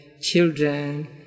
children